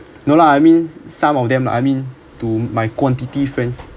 no lah I mean some of them lah I mean to my quantity friends